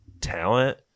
talent